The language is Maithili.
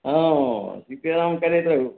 ओ सीते राम करैत रहू